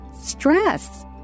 stress